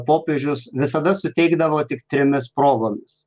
popiežius visada suteikdavo tik trimis progomis